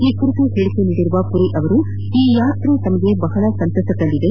ಈ ಕುರಿತು ಹೇಳಿಕೆ ನೀಡಿರುವ ಪುರಿ ಅವರು ಈ ಯಾತ್ರೆ ತಮಗೆ ಬಹಳ ಸಂತಸ ತಂದಿದೆ